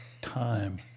time